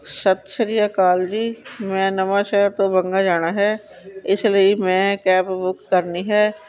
ਸਤਿ ਸ਼੍ਰੀ ਅਕਾਲ ਜੀ ਮੈਂ ਨਵਾਂ ਸ਼ਹਿਰ ਤੋਂ ਬੰਗਾ ਜਾਣਾ ਹੈ ਇਸ ਲਈ ਮੈਂ ਕੈਬ ਬੁੱਕ ਕਰਨੀ ਹੈ